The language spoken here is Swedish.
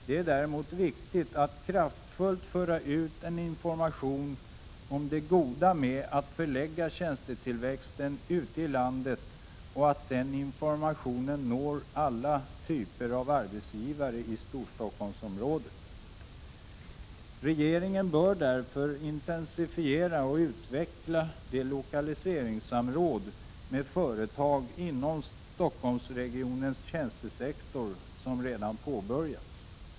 Det är däremot viktigt att kraftfullt föra ut en information om det goda med att förlägga tjänstetillväxten ute i landet och att den informationen når alla typer av arbetsgivare i Storstockholmsområdet. Regeringen bör därför intensifiera och utveckla det lokaliseringssamråd med företag inom Stockholmsregionens tjänstesektor som redan påbörjats.